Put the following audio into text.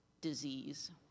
disease